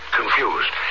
confused